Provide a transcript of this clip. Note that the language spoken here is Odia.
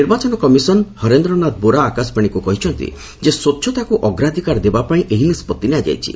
ନିର୍ବାଚନ କମିଶନ ହରେନ୍ଦ୍ର ନାଥ ବୋରା ଆକାଶବାଣୀକୁ କହିଛନ୍ତି ଯେ ସ୍ୱଚ୍ଛତାକୁ ଅଗ୍ରାଧିକାର ଦେବା ପାଇଁ ଏହି ନିଷ୍ପଭି ନିଆଯାଇଛି